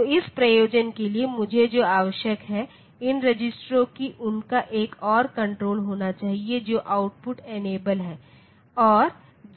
तो इस प्रयोजन के लिए मुझे जो आवश्यकता है इन रजिस्टरों की उनका एक और कण्ट्रोल होना चाहिए जो आउटपुट इनेबल है और